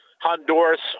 Honduras